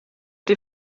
die